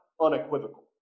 unequivocal